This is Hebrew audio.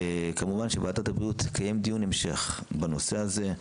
כמובן ועדת הבריאות תקיים דיון המשך בנושא הזה.